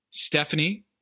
Stephanie